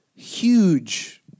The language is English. Huge